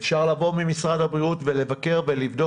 אפשר לבוא ממשרד הבריאות ולבקר ולבדוק,